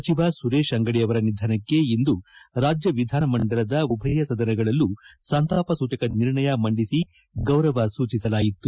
ಸಚಿವ ಸುರೇಶ ಅಂಗಡಿ ಅವರ ನಿಧನಕ್ಕೆ ಇಂದು ರಾಜ್ಯ ವಿಧಾನಮಂಡಲದ ಉಭಯ ಸದನಗಳಲ್ಲೂ ಸಂತಾಪ ಸೂಚಕ ನಿರ್ಣಯ ಮಂಡಿಸಿ ಗೌರವ ಸೂಚಿಸಲಾಯಿತು